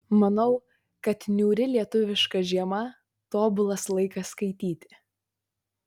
manau kad niūri lietuviška žiema tobulas laikas skaityti